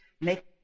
make